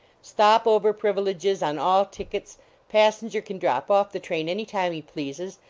stop-over privileges on all tickets passenger can drop off the train any time he pleases,